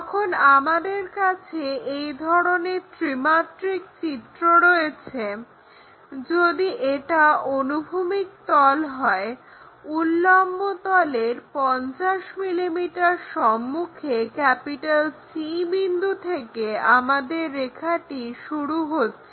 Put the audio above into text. যখন আমাদের কাছে এই ধরনের ত্রিমাত্রিক চিত্র রয়েছে যদি এটা অনুভূমিক তল হয় উল্লম্বতলের 50mm সম্মুখে C বিন্দু থেকে আমাদের রেখাটি শুরু হচ্ছে